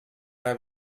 una